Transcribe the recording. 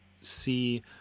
see